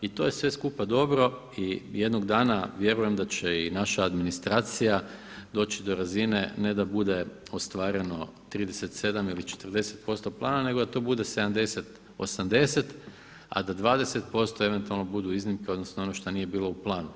I to je sve skupa dobro i jednog dana vjerujem da će i naša administracija doći do razine ne da bude ostvareno 37 ili 40% plana, nego da to bude 70, 80, a da 20% eventualno budu iznimke odnosno ono što nije bilo u planu.